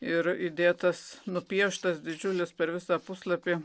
ir įdėtas nupieštas didžiulis per visą puslapį